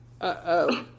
Uh-oh